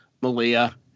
Malia